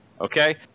Okay